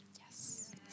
Yes